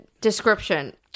description